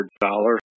dollar